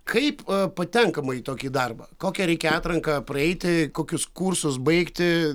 kaip patenkama į tokį darbą kokią reikia atranką praeiti kokius kursus baigti